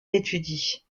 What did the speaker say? étudie